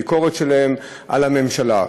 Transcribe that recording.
ביקורת שלהם על הממשלה.